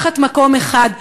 במקום אחד,